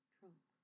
Trump